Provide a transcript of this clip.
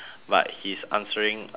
but he's answering